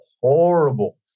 horrible